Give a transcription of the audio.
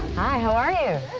hi, how are you?